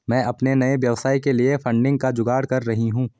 मैं अपने नए व्यवसाय के लिए फंडिंग का जुगाड़ कर रही हूं